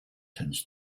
tends